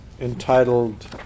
entitled